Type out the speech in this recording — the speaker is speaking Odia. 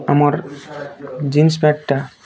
ଆମର୍ ଜିନ୍ସ ପ୍ୟାଣ୍ଟଟା